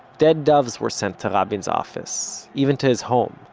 dead doves were sent to rabin's office, even to his home.